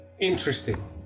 interesting